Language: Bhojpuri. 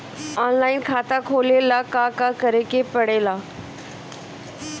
ऑनलाइन खाता खोले ला का का करे के पड़े ला?